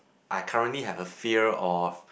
I currently have a fear of